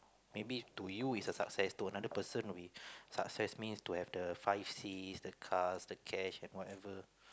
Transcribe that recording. maybe to you is a success to another person would be success means to have the five Cs the cars the cash and whatever